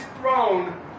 throne